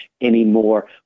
anymore